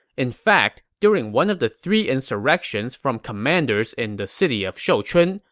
in fact, during one of the three insurrections from commanders in the city of shouchun,